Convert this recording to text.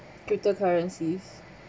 crypto currencies